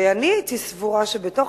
ואני הייתי סבורה שבתוך,